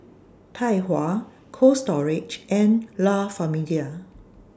Tai Hua Cold Storage and La Famiglia